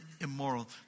immoral